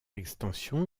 extension